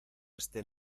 éste